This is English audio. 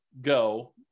go